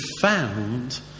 found